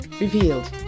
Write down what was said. Revealed